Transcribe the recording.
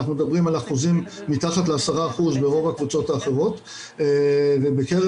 אנחנו מדברים על אחוזים מתחת ל-10% ברוב הקבוצות האחרות ובקרב